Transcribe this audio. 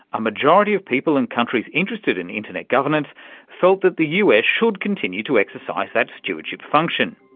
a majority of people and countries interested in internet governance felt that the us should continue to exercise that stewardship function.